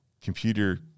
computer